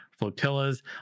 flotillas